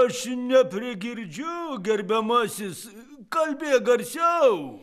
aš neprigirdžiu gerbiamasis kalbėk garsiau